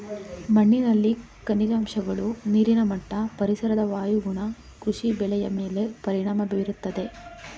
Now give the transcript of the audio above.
ಮಣ್ಣಿನಲ್ಲಿನ ಖನಿಜಾಂಶಗಳು, ನೀರಿನ ಮಟ್ಟ, ಪರಿಸರದ ವಾಯುಗುಣ ಕೃಷಿ ಬೆಳೆಯ ಮೇಲೆ ಪರಿಣಾಮ ಬೀರುತ್ತದೆ